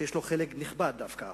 שיש לו חלק נכבד דווקא